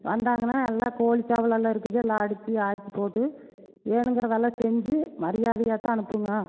வந்தாங்கன்னா எல்லா கோழி சேவல் எல்லாம் இருக்குது எல்லாம் அடிச்சு ஆக்கிப்போட்டு வேணுங்கிதைதெல்லாம் செஞ்சு மரியாதையாகதான் அனுப்புவோம்ங்க